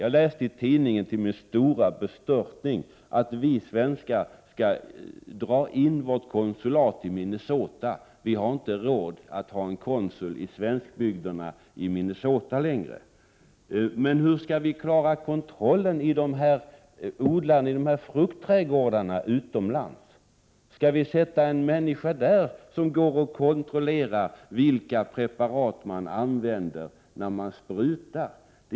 Jag läste i tidningen, till min stora bestörtning, att Sverige skall dra in sitt konsulat i Minnesota. Vi har alltså inte längre råd att ha en konsul i svenskbygderna i Minnesota. Men hur skall vi kunna klara av kontrollen när det gäller de utländska fruktodlarnas trädgårdar? Skall vi placera någon där som kontrollerar vilka preparat som används vid besprutningen?